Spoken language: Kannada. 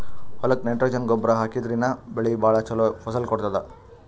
ಹೊಲಕ್ಕ್ ನೈಟ್ರೊಜನ್ ಗೊಬ್ಬರ್ ಹಾಕಿದ್ರಿನ್ದ ಬೆಳಿ ಭಾಳ್ ಛಲೋ ಫಸಲ್ ಕೊಡ್ತದ್